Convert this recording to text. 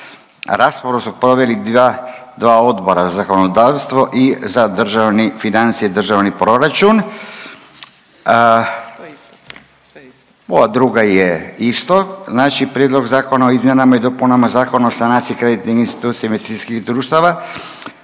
Raspravu su proveli dva odbora, zakonodavstvo i za državni, financije i državni proračun. Ova druga je isto, znači Prijedlog zakona o izmjenama i dopunama Zakona o sanaciji kreditnih institucija i investicijskih društava.